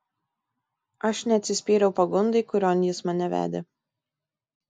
aš neatsispyriau pagundai kurion jis mane vedė